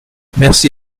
merci